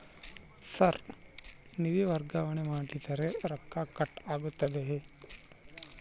Sir ನಿಧಿ ವರ್ಗಾವಣೆ ಮಾಡಿದರೆ ರೊಕ್ಕ ಕಟ್ ಆಗುತ್ತದೆಯೆ?